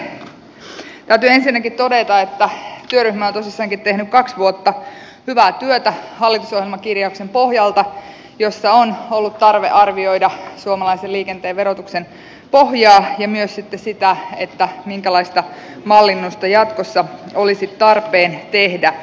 täytyy ensinnäkin todeta että työryhmä on tosissaankin tehnyt kaksi vuotta hyvää työtä hallitusohjelmakirjauksen pohjalta jossa on ollut tarve arvioida suomalaisen liikenteen verotuksen pohjaa ja myös sitten sitä minkälaista mallinnusta jatkossa olisi tarpeen tehdä